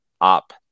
up